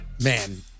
man